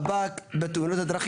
ממוקדים ששם הרשות מאבדת את האחיזה,